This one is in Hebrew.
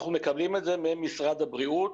אנחנו מקבלים את זה ממשרד הבריאות